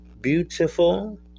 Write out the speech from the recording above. beautiful